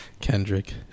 Kendrick